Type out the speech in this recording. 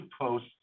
post